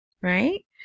Right